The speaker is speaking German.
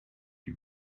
die